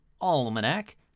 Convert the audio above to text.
Almanac